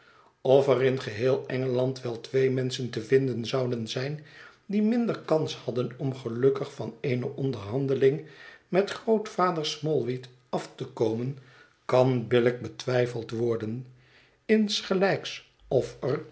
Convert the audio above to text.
of er in geheel engeland wel twee menschen te vinden zouden zijn die minder kans hadden om gelukkig van eene onderhandeling met grootvader smallweed af te komen kan billijk betwijfeld worden insgelijks of er